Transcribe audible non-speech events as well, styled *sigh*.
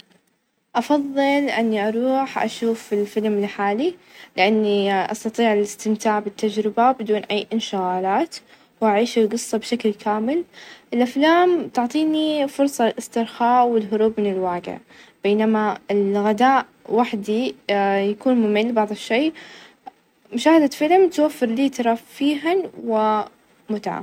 أفظل *hesitation* مكالمة هاتفية؛ لأنها تسمح بالتواصل بشكل أكثر مباشرة، وفهم المشاعر من نبرة الصوت، المكالمات *hesitation* تتيح لنا التفاعل بشكل أسرع ،وتوظيح الأفكار ،بينما الرسايل النصية عملية، لأن المكالمات تعطي عمقًا أكبر للمحادثة.